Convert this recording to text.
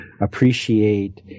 appreciate